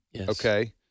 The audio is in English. okay